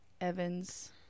Evans